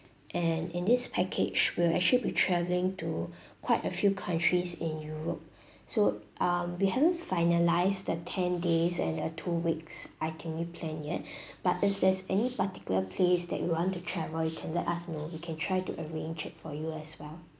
and in this package we'll actually be travelling to quite a few countries in europe so um we haven't finalise the ten days and a two weeks itinerary plan yet but if there's any particular place that you want to travel you can let us know we can try to arrange for you as well